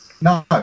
No